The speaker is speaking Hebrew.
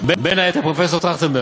בין היתר, פרופסור טרכטנברג,